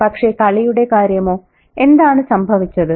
പക്ഷേ കളിയുടെ കാര്യമോ എന്താണ് സംഭവിച്ചത്